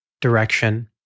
direction